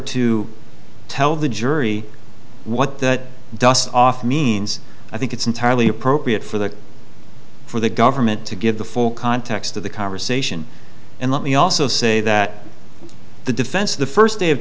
to tell the jury what that dust off means i think it's entirely appropriate for the for the government to give the full context of the conversation and let me also say that the defense the first day of